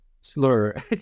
slur